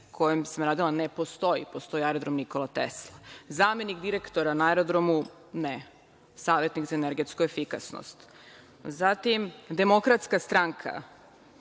kojem sam radila, ne postoji, postoji aerodrom „Nikola Tesla“. Zamenik direktora na aerodromu, ne, savetnik za energetsku efikasnost. Zatim, Demokratska stranka.